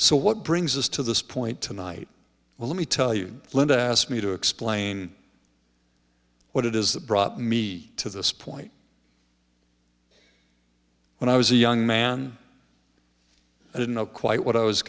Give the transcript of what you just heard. so what brings us to this point tonight let me tell you linda asked me to explain what it is that brought me to this point when i was a young man i didn't know quite what i was